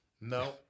No